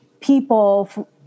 people